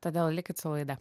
todėl likit su laida